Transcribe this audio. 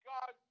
God